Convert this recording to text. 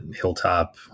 Hilltop